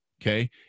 Okay